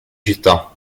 città